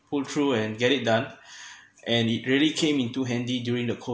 pull through and get it done and it really came into handy during the